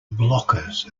blockers